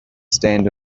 stand